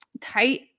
tight